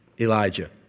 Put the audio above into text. Elijah